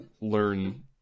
learn